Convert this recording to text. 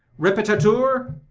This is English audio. repetatur!